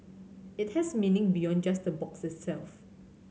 it has meaning beyond just the box itself